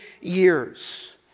years